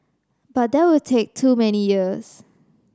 but that would take too many years